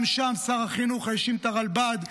גם שם שר החינוך האשים את הרלב"ד,